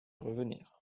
revenir